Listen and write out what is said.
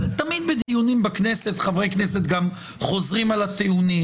תמיד בדיונים בכנסת חברי כנסת גם חוזרים על הטיעונים